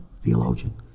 theologian